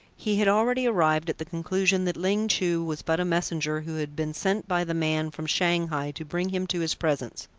he had already arrived at the conclusion that ling chu was but a messenger who had been sent by the man from shanghai to bring him to his presence.